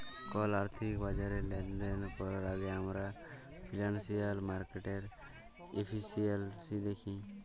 call আথ্থিক বাজারে লেলদেল ক্যরার আগে আমরা ফিল্যালসিয়াল মার্কেটের এফিসিয়াল্সি দ্যাখি